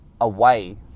away